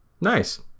Nice